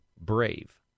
brave